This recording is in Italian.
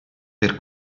per